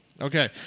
Okay